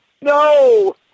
no